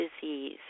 disease